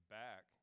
back